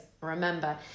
remember